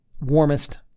warmest